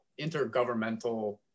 intergovernmental